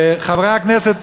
חברי הכנסת